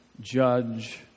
judge